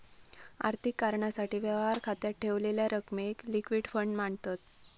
आर्थिक कारणासाठी, व्यवहार खात्यात ठेवलेल्या रकमेक लिक्विड फंड मांनतत